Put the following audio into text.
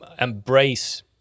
embrace